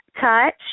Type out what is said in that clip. touch